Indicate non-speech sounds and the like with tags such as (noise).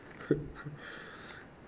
(laughs)